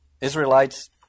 Israelites